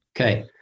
Okay